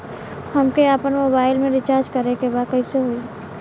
हमके आपन मोबाइल मे रिचार्ज करे के बा कैसे होई?